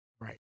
Right